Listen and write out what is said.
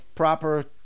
proper